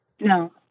No